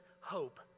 hope